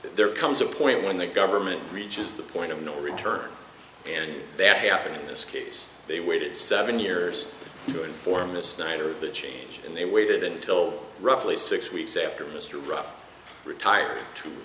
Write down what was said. there comes a point when the government reaches the point of no return and that happening in this case they waited seven years to inform this night of the change and they waited until roughly six weeks after mr ruff retired to